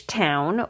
town